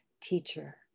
teacher